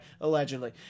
allegedly